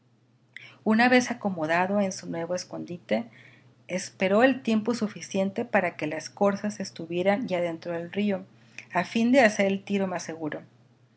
una vez acomodado en su nuevo escondite espero el tiempo suficiente para que las corzas estuvieran ya dentro del río a fin de hacer el tiro más seguro